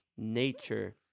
nature